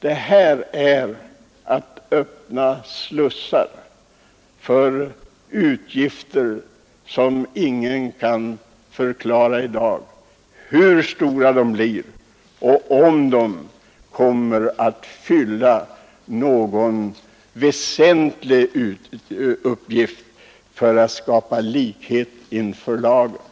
Det här är att öppna slussar för utgifter, om vilka ingen i dag vet hur stora de blir och om de kommer att fylla någon väsentlig uppgift när det gäller att skapa likhet inför lagen.